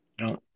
No